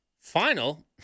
Final